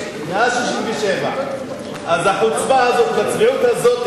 מאז 1967. אז החוצפה הזאת והצביעות הזאת,